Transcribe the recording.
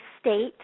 state